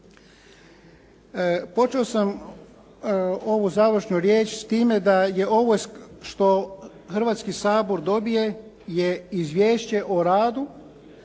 Počeo sam ovu završnu riječ s time da je ovo što Hrvatski sabor dobije je izvješće o radu